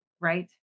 right